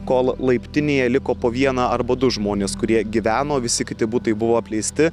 kol laiptinėje liko po vieną arba du žmones kurie gyveno visi kiti butai buvo apleisti